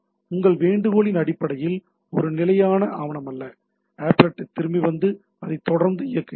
உங்கள் வேண்டுகோளின் அடிப்படையில் ஒரு நிலையான ஆவணமல்ல ஆப்லெட் திரும்பி வந்து அது தொடர்ந்து இயங்குகிறது